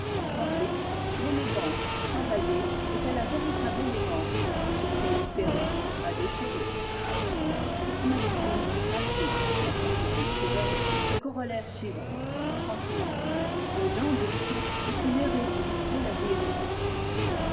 xxxviii l'élégance travaillée est à la véritable élégance ce qu'est une perruque à des cheveux cette maxime implique en conséquence sévère le corollaire suivant xxxix le dandysme est une hérésie de la vie élégante